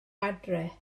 adre